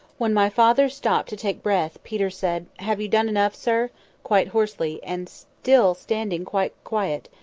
when my father stopped to take breath, peter said, have you done enough, sir quite hoarsely, and still standing quite quiet.